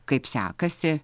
kaip sekasi